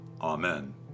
Amen